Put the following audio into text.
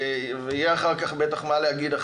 יהיה אחר כך בטח מה להגיד,